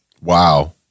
wow